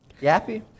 happy